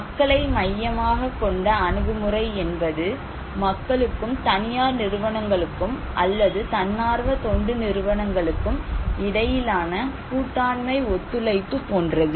மக்களை மையமாகக் கொண்ட அணுகுமுறை என்பது மக்களுக்கும் தனியார் நிறுவனங்களுக்கும் அல்லது தன்னார்வ தொண்டு நிறுவனங்களுக்கும் இடையிலான கூட்டாண்மை ஒத்துழைப்பு போன்றது